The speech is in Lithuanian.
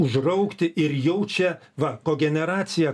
užraukti ir jau čia va kogeneracija